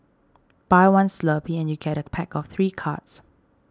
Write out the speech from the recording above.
buy one Slurpee and you get a pack of three cards